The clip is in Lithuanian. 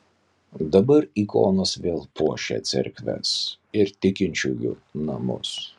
dabar ikonos vėl puošia cerkves ir tikinčiųjų namus